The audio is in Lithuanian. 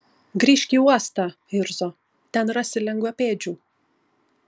grįžk į uostą irzo ten rasi lengvapėdžių